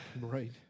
Right